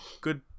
Good